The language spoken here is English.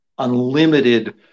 unlimited